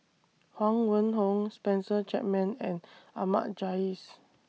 Huang Wenhong Spencer Chapman and Ahmad Jais